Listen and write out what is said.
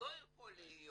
לא יכול להיות